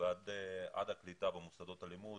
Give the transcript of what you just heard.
ועד הקליטה במוסדות הלימוד,